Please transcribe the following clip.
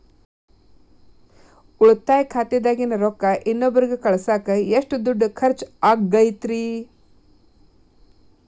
ಉಳಿತಾಯ ಖಾತೆದಾಗಿನ ರೊಕ್ಕ ಇನ್ನೊಬ್ಬರಿಗ ಕಳಸಾಕ್ ಎಷ್ಟ ದುಡ್ಡು ಖರ್ಚ ಆಗ್ತೈತ್ರಿ?